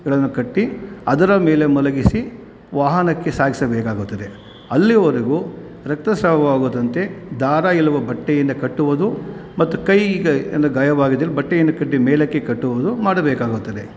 ಗಳನ್ನು ಕಟ್ಟಿ ಅದರ ಮೇಲೆ ಮಲಗಿಸಿ ವಾಹನಕ್ಕೆ ಸಾಗಿಸಬೇಕಾಗುತ್ತದೆ ಅಲ್ಲಿಯವರೆಗೂ ರಕ್ತಸ್ರಾವವಾಗದಂತೆ ದಾರ ಇಲ್ಲವೋ ಬಟ್ಟೆಯಿಂದ ಕಟ್ಟುವುದು ಮತ್ತು ಕೈಗೆ ಅಂದರೆ ಗಾಯವಾಗಿದಲ್ಲಿ ಬಟ್ಟೆಯನ್ನು ಕಟ್ಟಿ ಮೇಲಕ್ಕೆ ಕಟ್ಟುವುದು ಮಾಡಬೇಕಾಗುತ್ತದೆ